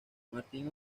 martin